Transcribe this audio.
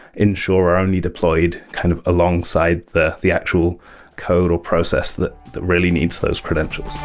ensure or only deployed kind of alongside the the actual code or process that really needs those credentials.